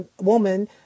woman